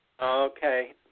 Okay